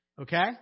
Okay